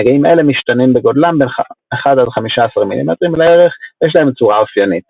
נגעים אלה משתנים בגודלם בין 1-15 מ"מ לערך ויש להם צורה אופיינית.